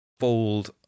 Fold